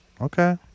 Okay